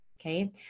Okay